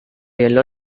yellow